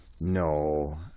No